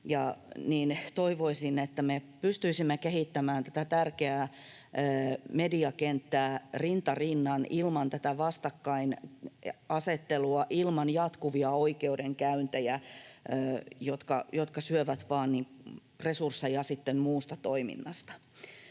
Toivoisin, että me pystyisimme kehittämään tätä tärkeää mediakenttää rinta rinnan ilman tätä vastakkainasettelua, ilman jatkuvia oikeudenkäyntejä, jotka sitten vain syövät resursseja muusta toiminnasta.